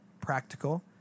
practical